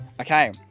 okay